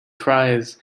tries